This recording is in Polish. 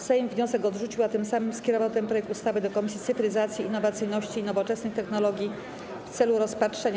Sejm wniosek odrzucił, a tym samym skierował ten projekt ustawy do Komisji Cyfryzacji, Innowacyjności i Nowoczesnych Technologii w celu rozpatrzenia.